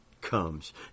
comes